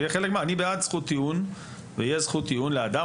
אני בעד זכות טיעון ויהיה זכות טיעון לאדם.